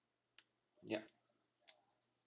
yup